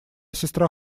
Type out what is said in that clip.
сестра